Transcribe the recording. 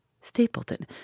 Stapleton